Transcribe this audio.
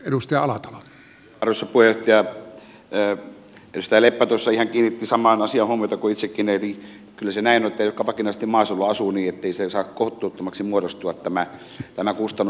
edustaja leppä tuossa kiinnitti ihan samaan asiaan huomiota kuin itsekin eli kyllä se näin on että ei niille jotka vakinaisesti maaseudulla asuvat siellä saa kohtuuttomaksi muodostua tämä kustannus